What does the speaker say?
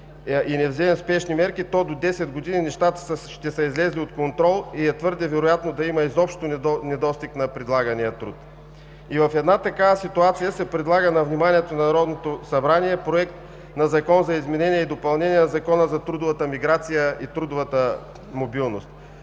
и не вземем спешни мерки, то до десет години нещата ще са излезли от контрол и е твърде вероятно да има изобщо недостиг на предлагания труд. И в една такава ситуация се предлага на вниманието на Народното събрание Проект на закон за изменение и допълнение на Закона за трудовата миграция и трудовата мобилност.